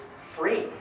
free